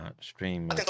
stream